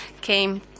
came